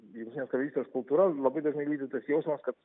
jungtinės karalystės kultūra labai dažnai lydi tas jausmas kad